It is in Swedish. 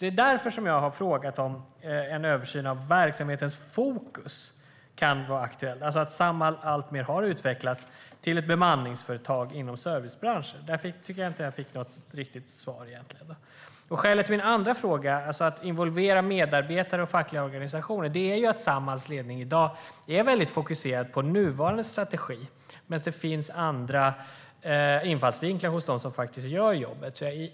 Det är därför som jag har frågat om en översyn av verksamhetens fokus kan vara aktuell, alltså att Samhall alltmer har utvecklats till ett bemanningsföretag inom servicebranschen. Där tycker jag inte att jag fick något riktigt svar. Skälet till min andra fråga, den om att involvera medarbetare och fackliga organisationer, är att Samhalls ledning i dag är väldigt fokuserad på nuvarande strategi, medan det finns andra infallsvinklar hos dem som faktiskt gör jobbet.